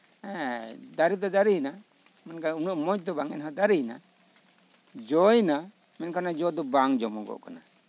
ᱦᱮᱸ ᱮᱱᱠᱷᱟᱱ ᱫᱟᱨᱮ ᱫᱚ ᱫᱟᱨᱮᱭᱮᱱᱟ ᱩᱱᱟᱹᱜ ᱢᱚᱸᱡ ᱫᱚ ᱵᱟᱝ ᱫᱟᱨᱮᱭᱮᱱᱟ ᱡᱚᱭᱮᱱᱟ ᱡᱚ ᱫᱚ ᱵᱟᱝ ᱡᱚᱢᱚᱜᱚᱜ ᱠᱟᱱᱟ